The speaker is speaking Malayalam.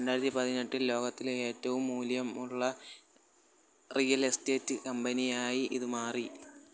രണ്ടായിരത്തി പതിനെട്ടിൽ ലോകത്തിലെ ഏറ്റവും മൂല്യമുള്ള റിയൽ എസ്റ്റേറ്റ് കമ്പനിയായി ഇത് മാറി